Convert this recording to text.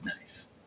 nice